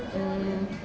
mm